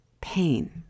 pain